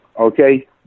okay